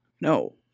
No